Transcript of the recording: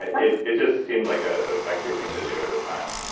it it just seemed like a sexy thing to do at the time.